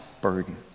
burden